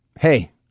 hey